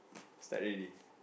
study already